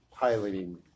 piloting